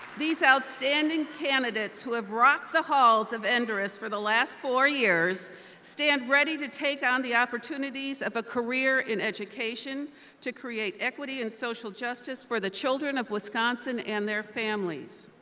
these outstanding candidates who have rocked the halls of enduras for the last four years stand ready to take on the opportunities of a career in education to create equity and social justice for the children of wisconsin and their families.